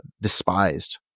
despised